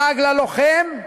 לעג ללוחם,